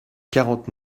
quarante